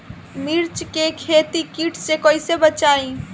मिर्च के खेती कीट से कइसे बचाई?